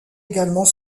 également